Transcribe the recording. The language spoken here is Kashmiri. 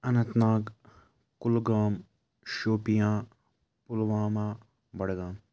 اننت ناگ کُلگام شُپیاں پُلوامہ بڈگام